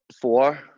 Four